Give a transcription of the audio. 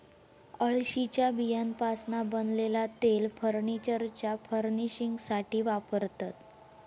अळशीच्या बियांपासना बनलेला तेल फर्नीचरच्या फर्निशिंगसाथी वापरतत